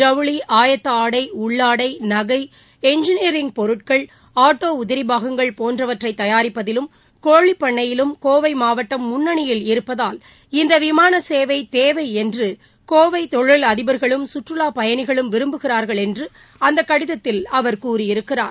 ஜவுளி ஆயத்த ஆடை உள்ளாடை நகை என்ஜினியரிங் பொருட்கள் ஆட்டோ உதிரி பாகங்கள் போன்றவற்றை தயாரிப்பதிலும் கோழி பண்ணையிலும் கோவை மாவட்டம் முன்னணியில் இருப்பதால் இந்த விமான சேவை தேவை என்று கோவை தொழில் அதிபர்களும் கற்றுலா பயணிகளும் விரும்புகிறார்கள் என்று அந்த கடிதத்தில் கூறியிருக்கிறார்